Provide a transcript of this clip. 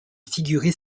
figurer